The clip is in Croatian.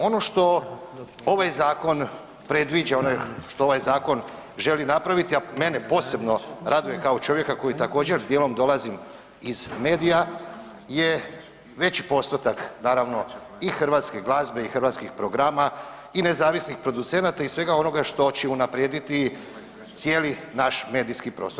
Ono što ovaj zakon predviđa, što ovaj zakon želi napraviti, a mene posebno raduje kao čovjeka koji također dijelom dolazim iz medija je veći postotak naravno i hrvatske glazbe i hrvatskih programa i nezavisnih producenata i svega onoga što će unaprijediti cijeli nas medijski prostor.